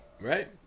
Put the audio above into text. Right